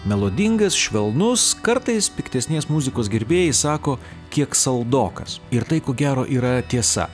melodingas švelnus kartais piktesnės muzikos gerbėjai sako kiek saldokas ir tai ko gero yra tiesa